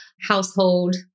household